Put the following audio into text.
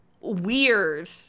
weird